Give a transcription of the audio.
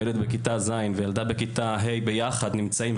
ילד בכתה ז' וילדה בכתה ה' נמצאים ביחד,